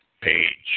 page